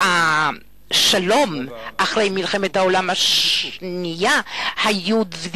אות הפיוס אחרי מלחמת העולם השנייה השתקף